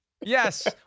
Yes